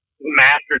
master